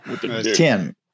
Tim